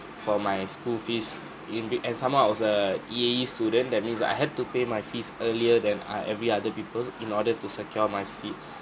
for my school fees in be~ and some more I was a E_A_E student that means I had to pay my fees earlier than uh every other people in order to secure my seat